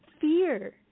fear